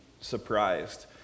surprised